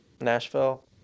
Nashville